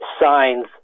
signs